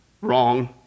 Wrong